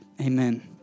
Amen